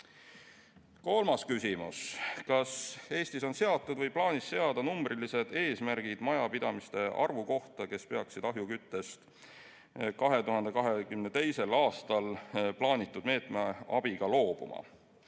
Kolmas küsimus: "Kas Eestis on seatud või plaanis seada numbrilised eesmärgid majapidamiste arvu kohta, kes peaksid ahjuküttest 2022. aastal plaanitud meetmete abiga loobuma?"